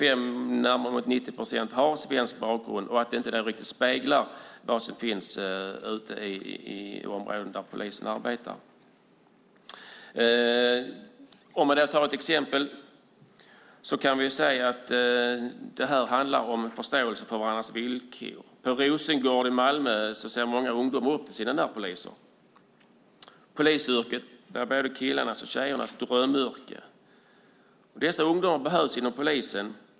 Det gäller kanske 85 eller närmare 90 procent. Det speglar inte riktigt vad som finns ute i områdena där polisen arbetar. Det här handlar om förståelse för varandras villkor. På Rosengård i Malmö ser många ungdomar upp till sina närpoliser. Polisyrket är både killarnas och tjejernas drömyrke. Dessa ungdomar behövs inom polisen.